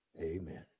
Amen